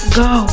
go